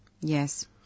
Yes